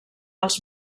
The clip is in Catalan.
als